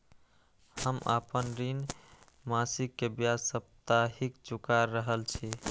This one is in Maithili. हम आपन ऋण मासिक के ब्याज साप्ताहिक चुका रहल छी